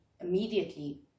immediately